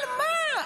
על מה?